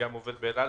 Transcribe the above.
אני גם עובד באל על.